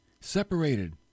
separated